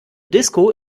disco